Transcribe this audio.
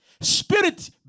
Spirit